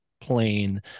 plain